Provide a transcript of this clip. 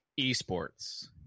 esports